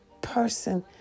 person